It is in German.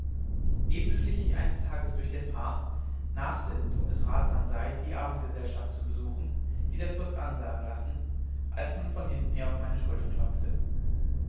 eben schlich ich eines tages durch den park nachsinnend ob es ratsam sei die abendgesellschaft zu besuchen die der fürst ansagen lassen als man von hinten her auf meine schulter klopfte